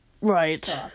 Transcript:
Right